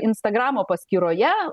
instagramo paskyroje